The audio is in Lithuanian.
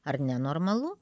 ar nenormalu